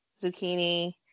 zucchini